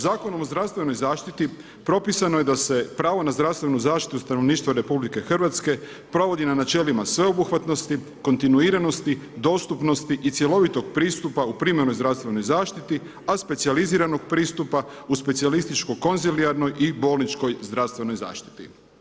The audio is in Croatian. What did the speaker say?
Zakonom o zdravstvenoj zaštiti propisano je da se pravo na zdravstvenu zaštitu stanovništva RH provodi na načelima sveobuhvatnosti, kontinuiranosti, dostupnosti i cjelovitog pristupa u primarnoj zdravstvenoj zaštiti, a specijaliziranog pristupa u specijalističko-konzilijarnoj i bolničkoj zdravstvenoj zaštiti.